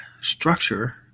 structure